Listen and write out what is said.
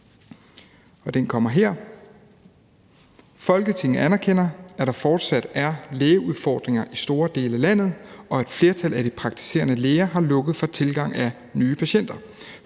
»Folketinget anerkender, at der fortsat er lægedækningsudfordringer i store dele af landet, og at et flertal af de praktiserende læger har lukket for tilgang af nye patienter.